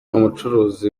umucuruzi